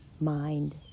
mind